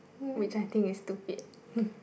which I think is stupid